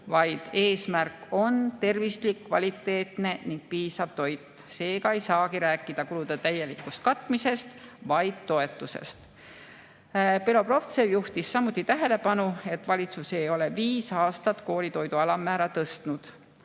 vaid eesmärk on tervislik, kvaliteetne ning piisav toit. Seega ei saagi rääkida kulude täielikust katmisest, vaid toetusest. Belobrovtsev juhtis samuti tähelepanu, et valitsus ei ole viis aastat koolitoidu alammäära tõstnud.